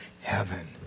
heaven